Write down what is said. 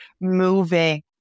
moving